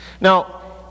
Now